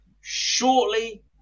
shortly